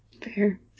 Fair